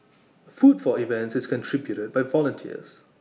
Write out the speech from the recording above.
food for events is contributed by volunteers